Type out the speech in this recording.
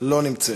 לא נמצאת.